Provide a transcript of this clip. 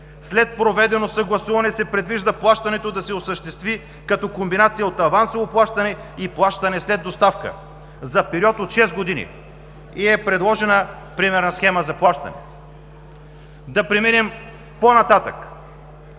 „След проведено съгласуване се предвижда плащането да се осъществи като комбинация от авансово плащане и плащане след доставка за период от шест години“ и е предложена примерна схема за плащане. Да преминем по-нататък.